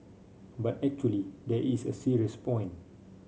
but actually there is a serious point